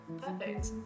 Perfect